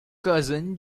cousin